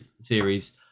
series